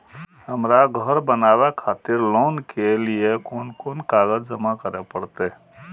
हमरा घर बनावे खातिर लोन के लिए कोन कौन कागज जमा करे परते?